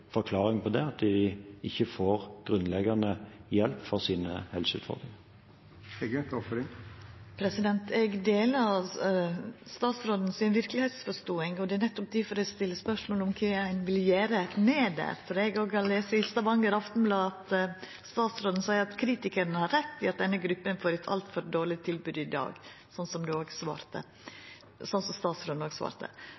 forklaring på det at de ikke får grunnleggende hjelp for sine helseutfordringer. Eg deler verkelegheitsforståinga til statsråden, og det er nettopp difor eg stiller spørsmål om kva ein vil gjera med det. For eg har òg lese i Stavanger Aftenblad at statsråden seier at kritikarane har rett i at denne gruppa får eit altfor dårleg tilbod i dag – som